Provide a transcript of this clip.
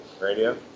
Radio